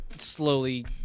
slowly